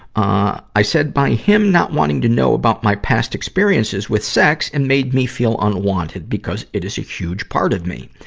ah i said by him not wanting to know about my past experiences with sex, it and made me feel unwanted because it is a huge part of me.